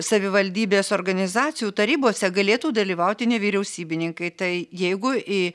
savivaldybės organizacijų tarybose galėtų dalyvauti nevyriausybininkai tai jeigu į